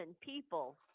people